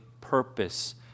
purpose